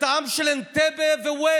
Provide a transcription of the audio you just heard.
את העם של אנטבה ו-Waze,